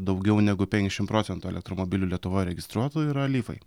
daugiau negu penkiasdešimt procentų elektromobilių lietuvoj registruotų yra lyfai